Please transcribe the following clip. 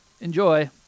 enjoy